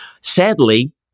sadly